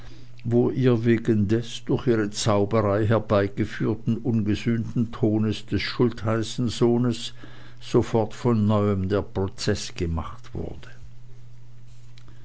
wo ihr wegen des durch die zauberei herbeigeführten ungesühnten todes des schultheißensohnes sofort von neuem der prozeß gemacht wurde